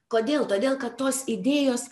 kodėl todėl kad tos idėjos